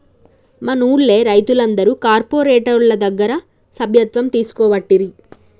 మనూళ్లె రైతులందరు కార్పోరేటోళ్ల దగ్గర సభ్యత్వం తీసుకోవట్టిరి